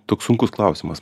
toks sunkus klausimas